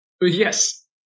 Yes